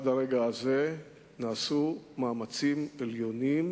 שעד הרגע הזה נעשו מאמצים עליונים